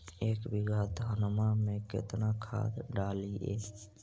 एक बीघा धन्मा में केतना खाद डालिए?